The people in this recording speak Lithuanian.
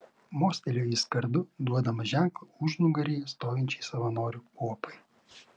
mostelėjo jis kardu duodamas ženklą užnugaryje stovinčiai savanorių kuopai